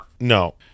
No